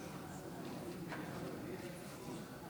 פיקוח פרלמנטרי על סגירת סניפים וצמצום שירותי בנק),